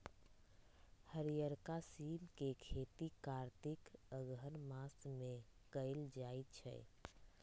हरियरका सिम के खेती कार्तिक अगहन मास में कएल जाइ छइ